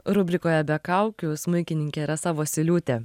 rubrikoje be kaukių smuikininkė rasa vosyliūtė